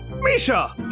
Misha